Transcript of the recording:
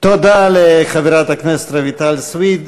תודה לחברת הכנסת רויטל סויד.